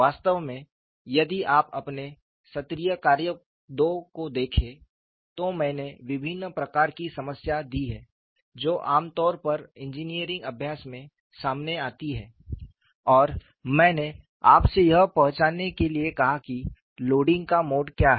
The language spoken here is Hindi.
वास्तव में यदि आप अपने सत्रीय कार्य दो को देखें तो मैंने विभिन्न प्रकार की समस्याएं दी हैं जो आमतौर पर इंजीनियरिंग अभ्यास में सामने आती हैं और मैंने आपसे यह पहचानने के लिए कहा है कि लोडिंग का मोड क्या है